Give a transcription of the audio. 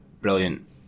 brilliant